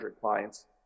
clients